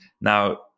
now